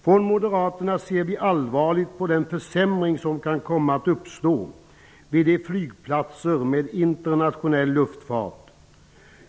Vi i moderaterna ser allvarligt på den försämring som kan komma att uppstå vid flygplatser med internationell luftfart.